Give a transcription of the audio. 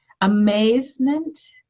amazement